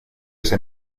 ese